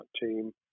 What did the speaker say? team